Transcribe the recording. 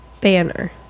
banner